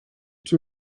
two